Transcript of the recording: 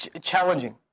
challenging